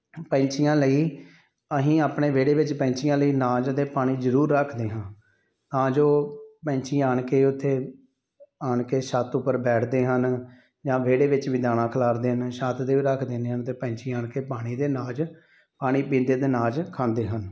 ਪੰਛੀਆਂ ਲਈ ਅਸੀਂ ਆਪਣੇ ਵਿਹੜੇ ਵਿੱਚ ਪੰਛੀਆਂ ਲਈ ਅਨਾਜ ਅਤੇ ਪਾਣੀ ਜ਼ਰੂਰ ਰੱਖਦੇ ਹਾਂ ਤਾਂ ਜੋ ਪੰਛੀ ਆਣ ਕੇ ਉੱਥੇ ਆਣ ਕੇ ਛੱਤ ਉੱਪਰ ਬੈਠਦੇ ਹਨ ਜਾਂ ਵਿਹੜੇ ਵਿੱਚ ਵੀ ਦਾਣਾ ਖਲਾਰਦੇ ਹਨ ਛੱਤ 'ਤੇ ਵੀ ਰੱਖ ਦਿੰਦੇ ਹਨ ਪੰਛੀ ਆਣ ਕੇ ਪਾਣੀ ਅਤੇ ਅਨਾਜ ਪਾਣੀ ਪੀਂਦੇ ਅਤੇ ਅਨਾਜ ਖਾਂਦੇ ਹਨ